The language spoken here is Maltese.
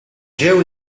ġew